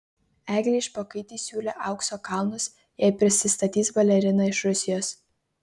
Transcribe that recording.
eglei špokaitei siūlė aukso kalnus jei prisistatys balerina iš rusijos